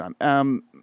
time